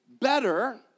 Better